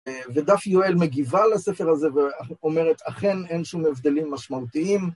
ודף יואל מגיבה לספר הזה ואומרת אכן אין שום הבדלים משמעותיים